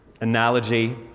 analogy